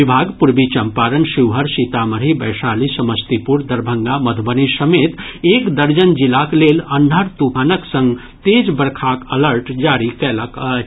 विभाग पूर्वी चम्पारण शिवहर सीतामढ़ी वैशाली समस्तीपुर दरभंगा मधुबनी समेत एक दर्जन जिलाक लेल अन्हर तूफानक संग तेज बरखाक अलर्ट जारी कयलक अछि